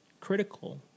critical